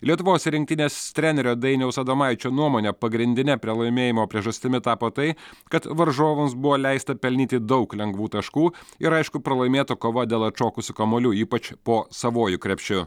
lietuvos rinktinės trenerio dainiaus adomaičio nuomone pagrindine pralaimėjimo priežastimi tapo tai kad varžovams buvo leista pelnyti daug lengvų taškų ir aišku pralaimėta kova dėl atšokusių kamuolių ypač po savuoju krepšiu